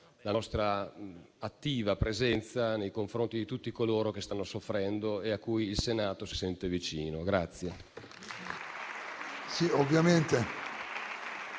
la nostra attiva presenza nei confronti di tutti coloro che stanno soffrendo e a cui il Senato si sente vicino.